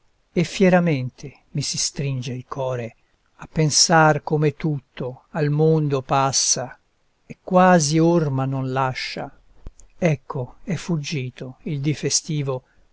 e fieramente mi si stringe il core a pensar come tutto al mondo passa e quasi orma non lascia ecco è fuggito il dì festivo